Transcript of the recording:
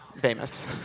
famous